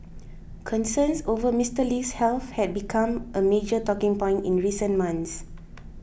concerns over Mister Lee's health had become a major talking point in recent months